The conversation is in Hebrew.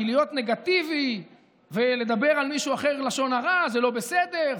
כי להיות נגטיבי ולדבר על מישהו אחר לשון הרע זה לא בסדר.